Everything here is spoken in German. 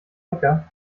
lecker